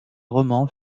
romans